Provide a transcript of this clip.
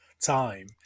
time